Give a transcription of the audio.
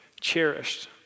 cherished